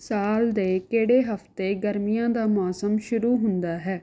ਸਾਲ ਦੇ ਕਿਹੜੇ ਹਫ਼ਤੇ ਗਰਮੀਆਂ ਦਾ ਮੌਸਮ ਸ਼ੁਰੂ ਹੁੰਦਾ ਹੈ